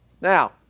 Now